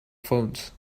phones